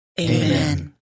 Amen